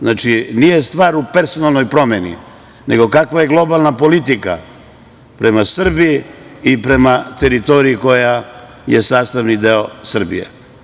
Znači, nije stvar u personalnoj promeni, nego kakva je globalna politika prema Srbiji i prema teritoriji koja je sastavni deo Srbije.